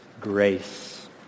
grace